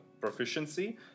proficiency